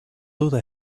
duda